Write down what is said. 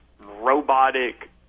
robotic